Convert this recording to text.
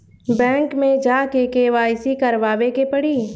Bank मे जा के के.वाइ.सी करबाबे के पड़ी?